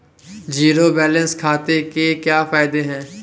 Zero balance खाते के क्या फायदे हैं?